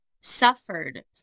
suffered